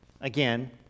again